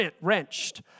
wrenched